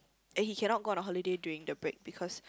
and he cannot go on a holiday during the break because